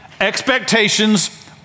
expectations